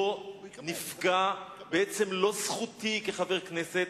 שבו נפגעה לא זכותי כחבר כנסת,